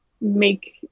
make